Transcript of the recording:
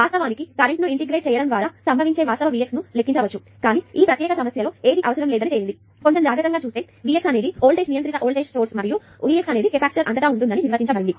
వాస్తవానికి కరెంటును ఇంటిగ్రేట్ చేయడం ద్వారా సంభవించే వాస్తవ Vx ను లెక్కించవచ్చు కానీ ఈ ప్రత్యేక సమస్యలో ఏదీ అవసరం లేదని తేలింది కానీ కొంచెం జాగ్రత్తగా చూస్తే V x అనేది వోల్టేజ్ నియంత్రిత వోల్టేజ్ మూలం మరియు Vx అనేది కెపాసిటర్ అంతటా ఉంటుందని నిర్వచించబడింది